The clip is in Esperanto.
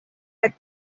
kaj